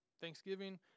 Thanksgiving